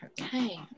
okay